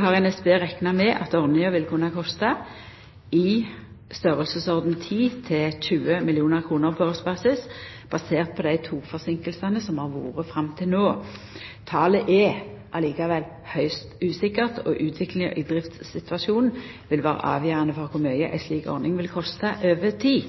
har NSB rekna med at ordninga vil kunna kosta i storleiken 10 mill. kr–20 mill. kr på årsbasis basert på dei togforseinkingane som har vore fram til no. Men talet er likevel høgst usikkert, og utviklinga i driftssituasjonen vil vera avgjerande for kor mykje ei slik ordning vil kosta over tid.